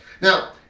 Now